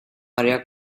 área